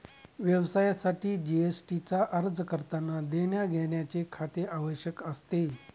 व्यवसायासाठी जी.एस.टी चा अर्ज करतांना देण्याघेण्याचे खाते आवश्यक असते